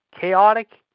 Chaotic